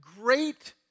great